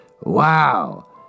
Wow